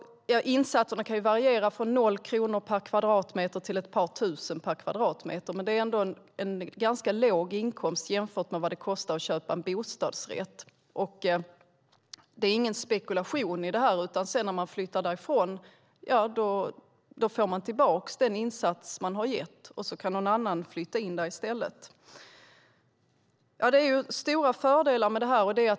Insatserna kan variera från noll kronor per kvadratmeter till ett par tusen per kvadratmeter, men det är ändå en ganska låg insats jämfört med vad det kostar att köpa en bostadsrätt. Det är ingen spekulation i detta, utan när man sedan flyttar därifrån får man tillbaka den insats man har betalat, och så kan någon annan flytta in där i stället. Det är stora fördelar med detta.